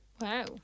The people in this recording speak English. Wow